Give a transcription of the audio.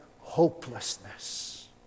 hopelessness